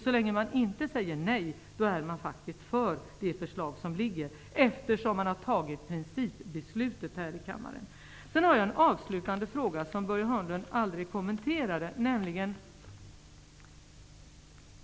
Så länge de inte säger nej är de för det förslag som ligger, eftersom principbeslutet har fattats här i kammaren. Jag har en avslutande fråga, som gäller något som Börje Hörnlund inte har kommenterat.